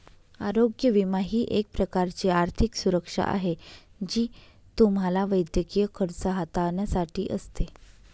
आरोग्य विमा ही एक प्रकारची आर्थिक सुरक्षा आहे जी तुम्हाला वैद्यकीय खर्च हाताळण्यासाठी असते